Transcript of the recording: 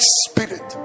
spirit